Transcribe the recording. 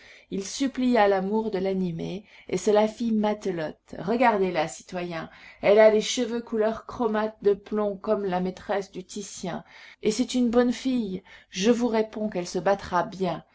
il supplia l'amour de l'animer et cela fit matelote regardez-la citoyens elle a les cheveux couleur chromate de plomb comme la maîtresse du titien et c'est une bonne fille je vous réponds qu'elle se battra bien